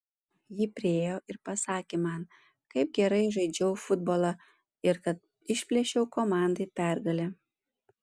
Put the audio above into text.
ji priėjo ir pasakė man kaip gerai žaidžiau futbolą ir kad išplėšiau komandai pergalę